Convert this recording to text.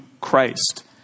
Christ